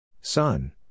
Son